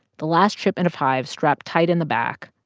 the last shipment of hives strapped tight in the back,